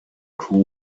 crew